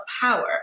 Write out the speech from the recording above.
power